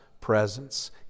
presence